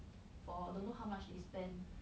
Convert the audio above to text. for don't know how much they spend